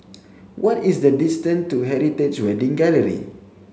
what is the distance to Heritage Wedding Gallery